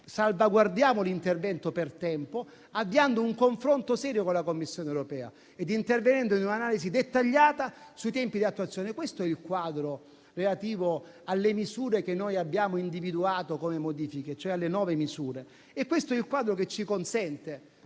salvaguardiamo l'intervento per tempo, avviando un confronto serio con la Commissione europea ed intervenendo in un'analisi dettagliata sui tempi di attuazione. Questo è il quadro relativo alle misure di modifica che noi abbiamo individuato, cioè alle nove misure. Questo è il quadro che ci consente